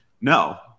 no